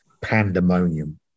pandemonium